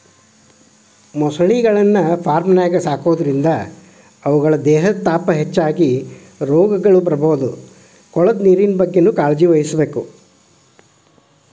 ಮೊಸಳೆಗಳನ್ನ ಫಾರ್ಮ್ನ್ಯಾಗ ಸಾಕೋದ್ರಿಂದ ಅವುಗಳ ದೇಹದ ತಾಪ ಹೆಚ್ಚಾಗಿ ರೋಗಗಳು ಬರ್ಬೋದು ಕೊಳದ ನೇರಿನ ಬಗ್ಗೆನೂ ಕಾಳಜಿವಹಿಸಬೇಕು